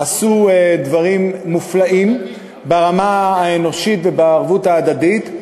עשו דברים מופלאים ברמה האנושית ובערבות ההדדית.